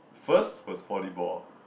first was volleyball